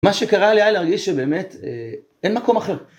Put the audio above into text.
מה שקרה לי היה להרגיש שבאמת אין מקום אחר.